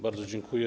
Bardzo dziękuję.